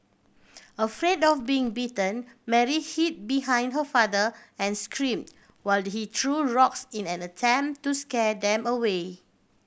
afraid of being bitten Mary hid behind her father and scream while he threw rocks in an attempt to scare them away